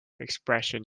expression